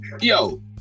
yo